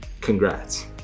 Congrats